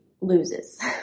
loses